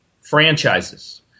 franchises